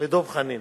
ודב חנין.